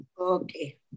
Okay